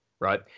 Right